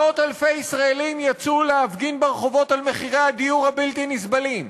מאות-אלפי ישראלים יצאו להפגין ברחובות על מחירי הדיור הבלתי-נסבלים,